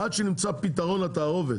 עד שנמצא פתרון לתערובת.